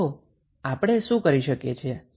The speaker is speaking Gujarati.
તો આપણે શું કરી શકીએ છીએ